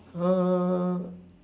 uh